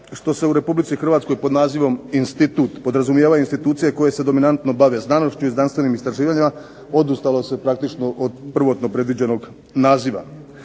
što se u Republici Hrvatskoj pod nazivom institut podrazumijevaju institucije koje se dominantno bave znanošću i znanstvenim istraživanjima, odustalo se praktično od prvotno predviđenog naziva.